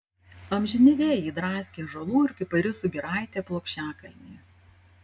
amžini vėjai draskė ąžuolų ir kiparisų giraitę plokščiakalnyje